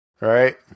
Right